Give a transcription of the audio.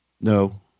No